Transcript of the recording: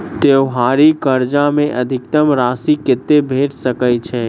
त्योहारी कर्जा मे अधिकतम राशि कत्ते भेट सकय छई?